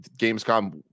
Gamescom